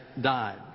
died